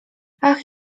ach